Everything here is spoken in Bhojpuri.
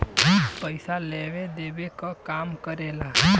पइसा लेवे देवे क काम करेला